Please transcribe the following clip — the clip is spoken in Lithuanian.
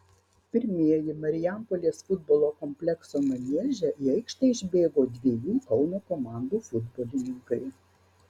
pirmieji marijampolės futbolo komplekso manieže į aikštę išbėgo dviejų kauno komandų futbolininkai